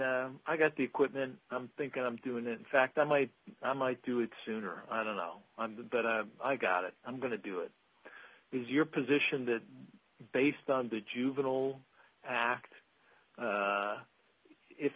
and i got the equipment i'm thinking i'm doing in fact i might i might do it sooner i don't know that i i got it i'm going to do it is your position that based on the juvenile act